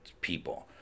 people